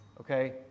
okay